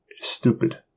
stupid